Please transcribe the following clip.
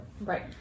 Right